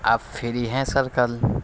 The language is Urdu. آپ فری ہیں سر کل